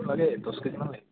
লাগে দহকেজি মান লাগিব